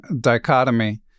dichotomy